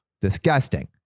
Disgusting